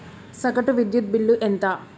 సగటు విద్యుత్ బిల్లు ఎంత?